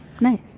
Nice